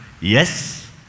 Yes